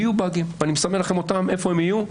יהיו באגים ואני מסמן לכם אותם איפה הם יהיו.